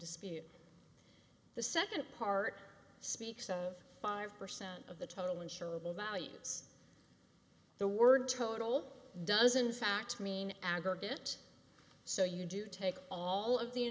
dispute the second part speaks of five percent of the total insurable values the word total doesn't fact mean aggregate so you do take all of the